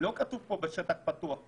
לא כתוב פה בשטח פתוח.